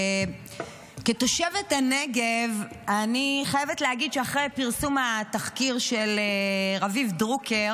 כתושבת הנגב אני חייבת להגיד שאחרי פרסום התחקיר של רביב דרוקר